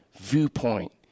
viewpoint